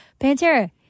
Pantera